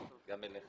שלום